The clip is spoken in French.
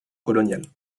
coloniale